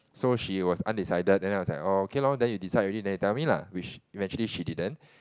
so she was undecided then I was like oh okay lor then you decide already then you tell me lah which eventually she didn't